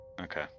Okay